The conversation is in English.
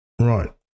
Right